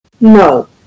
No